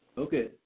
Okay